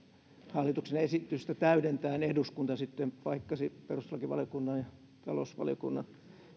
hallituksen esitystä täydentäen eduskunta sitten paikkasi perustuslakivaliokunnan ja talouslakivaliokunnan